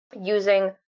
using